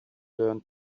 learn